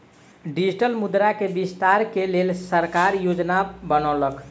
digital मुद्रा के विस्तार के लेल सरकार योजना बनौलक